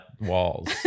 walls